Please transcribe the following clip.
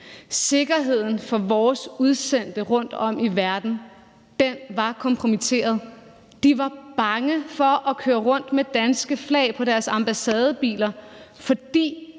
Sikkerheden for vores udsendte rundtom i verden var kompromitteret. De var bange for at køre rundt med danske flag på deres ambassadebiler, fordi